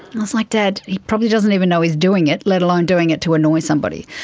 and i was, like, dad, he probably doesn't even know he's doing it, let alone doing it to annoy somebody.